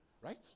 right